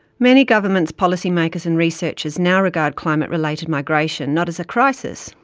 many governments, policy makers and researchers now regard climate-related migration not as a crisis,